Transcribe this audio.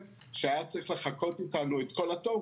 שהיה צריך לחכות איתנו את כל התור,